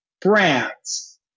brands